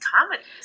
comedies